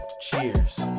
Cheers